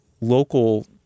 local